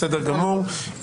בסדר גמור.